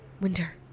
Winter